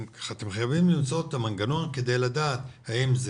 חייבים למצוא את המנגנון כדי לדעת האם זה